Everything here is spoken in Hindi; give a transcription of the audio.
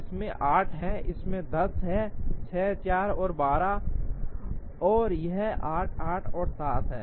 इसमें 8 है इसमें 10 है 6 4 और 12 और यह 88 और 7 हैं